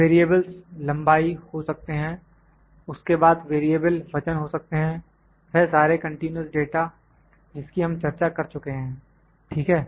variables लंबाई हो सकते हैं उसके बाद वेरिएबल वजन हो सकते हैं वह सारे कंटीन्यूअस डाटा जिसकी हम चर्चा कर चुके हैं ठीक है